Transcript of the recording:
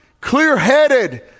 clear-headed